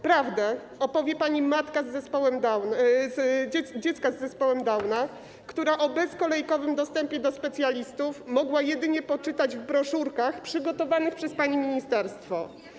Prawdę opowie pani matka dziecka z zespołem Downa, która o bezkolejkowym dostępie do specjalistów mogła jedynie poczytać w broszurkach przygotowanych przez pani ministerstwo.